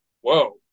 whoa